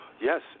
Yes